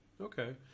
okay